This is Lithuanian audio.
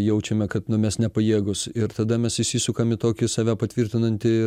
jaučiame kad mes nepajėgūs ir tada mes įsisukam į tokį save patvirtinantį